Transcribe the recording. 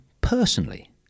personally